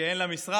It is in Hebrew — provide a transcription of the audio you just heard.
אין לה משרד,